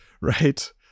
Right